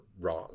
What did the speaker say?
wrong